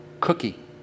Cookie